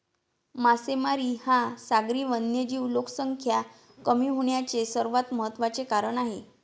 मासेमारी हा सागरी वन्यजीव लोकसंख्या कमी होण्याचे सर्वात महत्त्वाचे कारण आहे